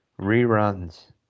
Reruns